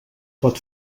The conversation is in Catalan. pot